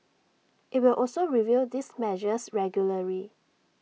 IT will also review these measures regularly